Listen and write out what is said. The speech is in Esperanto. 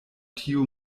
tiu